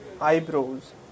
eyebrows